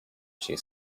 she